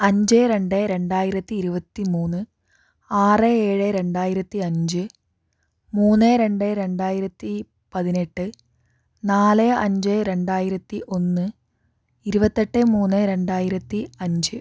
അഞ്ച് രണ്ട് രണ്ടായിരത്തി ഇരുപത്തി മൂന്ന് ആറ് ഏഴ് രണ്ടായിരത്തി അഞ്ച് മൂന്ന് രണ്ട് രണ്ടായിരത്തി പതിനെട്ട് നാല് അഞ്ച് രണ്ടായിരത്തി ഒന്ന് ഇരുപത്തെട്ട് മൂന്ന് രണ്ടായിരത്തി അഞ്ച്